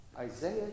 isaiah